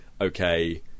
okay